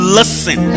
listen